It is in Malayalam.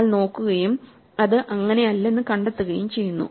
നമ്മൾ നോക്കുകയും അത് അങ്ങനെയല്ലെന്ന് കണ്ടെത്തുകയും ചെയ്യുന്നു